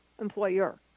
employer